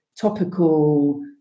topical